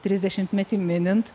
trisdešimtmetį minint